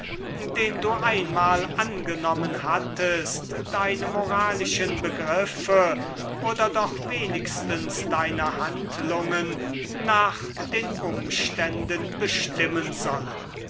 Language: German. den du einmal angenommen hattest deine moralische begriffe oder doch wenigstens deine handlungen nach den umständen bestimmen sollen